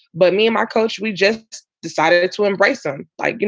but me and my coach, we just decided to embrace them. like, you